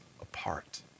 apart